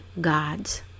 gods